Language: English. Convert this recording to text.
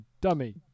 dummy